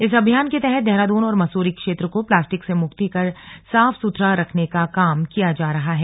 इस अभियान के तहत देहरादून और मसूरी क्षेत्र को प्लास्टिक से मुक्ति कर साफ सुथरा रखने का काम किया जा रहा है